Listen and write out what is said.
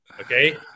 okay